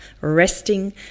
resting